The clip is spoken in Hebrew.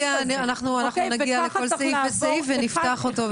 נגיע לכל סעיף ונפתח אותו.